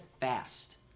fast